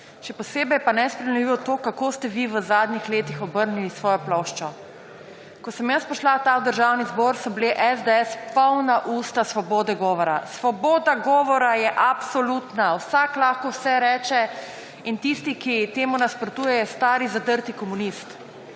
Še posebej pa je nesprejemljivo to, kako ste vi v zadnjih letih obrnili svojo ploščo. Ko sem jaz prišla v ta državni zbor, so bili SDS polna usta svobode govora. Svoboda govora je absolutna, vsak lahko vse reče in tisti, ki temu nasprotuje, je stari zadrti komunist.